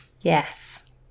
Yes